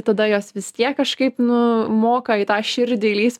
tada jos vis tiek kažkaip nu moka į tą širdį įlįs